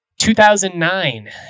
2009